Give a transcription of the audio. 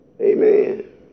Amen